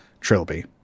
Trilby